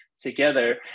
together